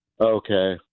Okay